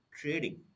trading